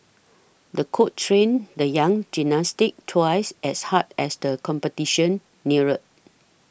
the coach trained the young gymnast twice as hard as the competition neared